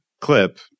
clip